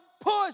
Push